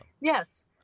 yes